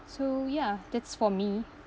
so ya that's for me